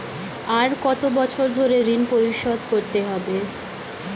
আর কত বছর ধরে ঋণ পরিশোধ করতে হবে?